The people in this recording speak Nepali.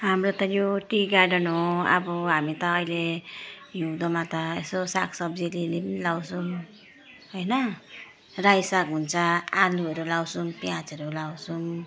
हाम्रो त यो टी गार्डन हो अब हामी त अहिले हिउँदोमा त यसो साग सब्जी अलि अलि नि लगाउँछौँ होइन रायो साग हुन्छ आलुहरू लगाउँछौँ प्याजहरू लगाउँछौँ